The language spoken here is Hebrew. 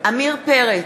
עמיר פרץ,